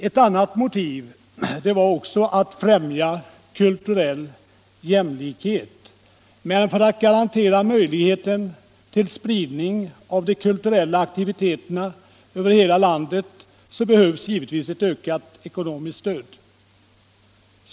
Ett annat motiv var att främja kulturell jämlikhet. Men för att garantera möjligheten till spridning av de kulturella aktiviteterna över hela landet behövs givetvis ett ökat ekonomiskt stöd.